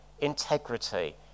integrity